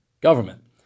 government